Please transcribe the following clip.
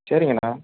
சரிங்க அண்ணா